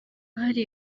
hari